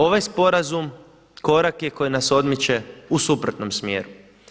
Ovaj sporazum korak je koji nas odmiče u suprotnom smjeru.